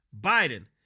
Biden